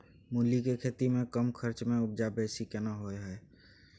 मूली के खेती में कम खर्च में उपजा बेसी केना होय है?